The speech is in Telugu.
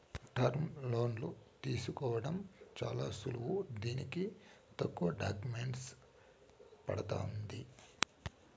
టర్ములోన్లు తీసుకోవడం చాలా సులువు దీనికి తక్కువ డాక్యుమెంటేసన్ పడతాంది